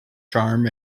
charm